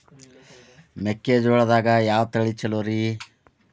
ಮೆಕ್ಕಿಜೋಳದಾಗ ಯಾವ ತಳಿ ಛಲೋರಿ?